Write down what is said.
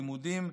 ללימודים,